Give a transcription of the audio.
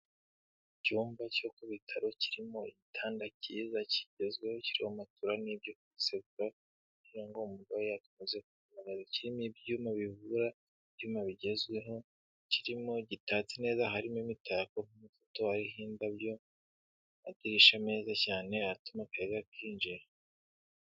Icyumba cyo ku bitaro kirimo igitanda cyiza kigezweho kirimo matora n'ibyo kwisegurafu, muga yamaze kugaragaza kirimo ibyuma bivura, ibyuma bigezweho kirimo gitatse neza harimo imitako nk'amafoto hariho indabyo amadirisha meza cyane atuma akayaga kinjira.